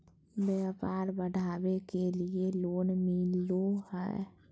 व्यापार बढ़ावे के लिए लोन मिलो है?